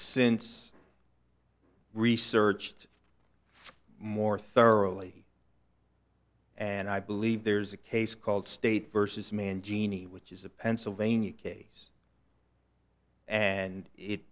since researched more thoroughly and i believe there's a case called state versus man genie which is a pennsylvania case and it